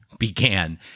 began